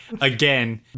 Again